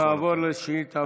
נעבור לשאילתה הבאה,